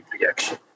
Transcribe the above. reaction